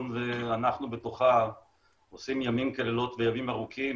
ואנחנו בתוכה עושים ימים כלילות וימים ארוכים,